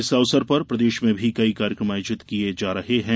इस अवसर पर प्रदेश में भी कई कार्यक्रम आयोजित किये जायेंगे